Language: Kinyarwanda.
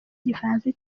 igifaransa